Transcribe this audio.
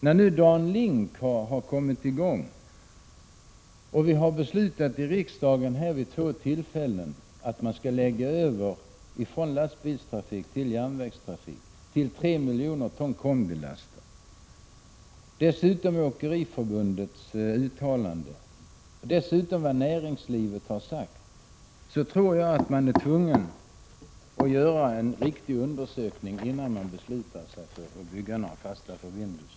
När nu DanLink kommit i gång och vi har beslutat i riksdagen vid två tillfällen att lägga över transporter från lastbil 35 till järnväg med 3 miljoner ton kombilaster, och när dessutom Äkeriförbundet uttalar sig som man gör, i förbindelse med vad som sagts från näringslivet, tror jag det är nödvändigt att göra en noggrann undersökning innan beslut fattas om att bygga några fasta förbindelser.